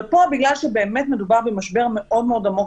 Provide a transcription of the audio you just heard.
אבל פה בגלל שבאמת מדובר במשבר מאוד מאוד עמוק